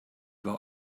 war